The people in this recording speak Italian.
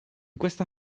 questa